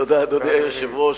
אדוני היושב-ראש,